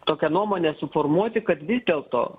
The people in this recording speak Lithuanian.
tokią nuomonę suformuoti kad vis dėlto